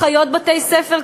אחיות בתי-ספר,